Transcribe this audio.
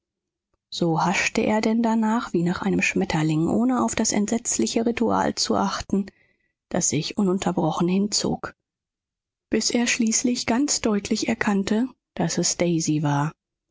so haschte er denn danach wie nach einem schmetterling ohne auf das entsetzliche ritual zu achten das sich ununterbrochen hinzog bis er schließlich ganz deutlich erkannte daß es daisy war